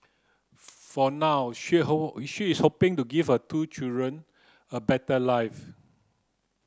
for now she she is hoping to give her two children a better life